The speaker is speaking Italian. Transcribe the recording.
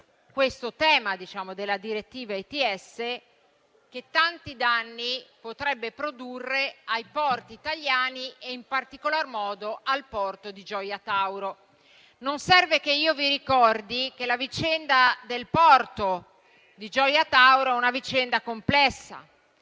il tema della direttiva ETS che tanti danni potrebbe produrre ai porti italiani e, in particolar modo, al porto di Gioia Tauro. Non serve che io vi ricordi che quella del porto di Gioia Tauro è una vicenda complessa,